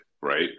right